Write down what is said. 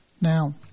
Now